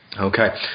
Okay